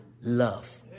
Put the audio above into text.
love